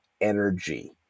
energy